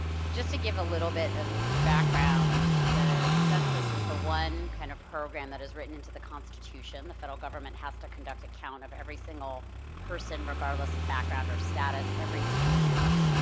just to give a little bit of the background, the census is the one kind of program that is written into the constitution. the federal government has to conduct a count of every single person, regardless of background or status, every ten years.